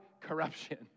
corruption